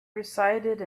recited